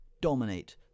dominate